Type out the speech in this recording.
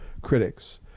critics